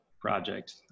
project